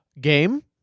Game